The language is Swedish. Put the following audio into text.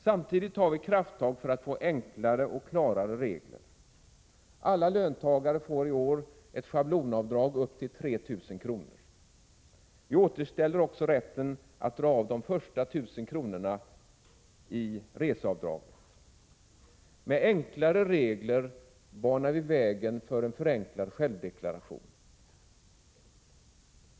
Samtidigt tar vi krafttag för att få enklare och klarare regler. Alla löntagare får i år ett schablonavdrag på upp till 3 000 kr. Vi återställer också rätten att dra av de första tusen kronorna för resekostnader. Med enklare regler banar vi vägen för en förenklad självdeklaration.